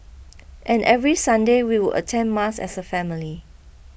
and every Sunday we would attend mass as a family